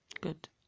good